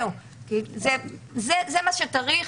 זה מה שצריך.